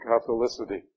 Catholicity